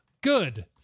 good